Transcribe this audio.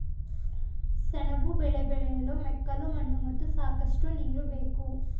ಸೆಣಬು ಬೆಳೆ ಬೆಳೆಯಲು ಮೆಕ್ಕಲು ಮಣ್ಣು ಮತ್ತು ಸಾಕಷ್ಟು ನೀರು ಬೇಕು